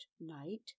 night